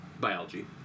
Biology